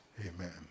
Amen